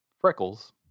freckles